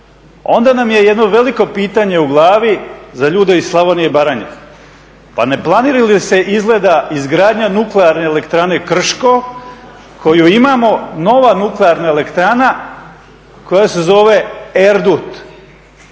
onda nam je jedno veliko pitanje u glavi za ljude iz Slavonije i Baranje, pa ne planiraju se izgleda izgradnja Nuklearne elektrane Krško koju imamo, nova nuklearna elektra koja se zove Erdut?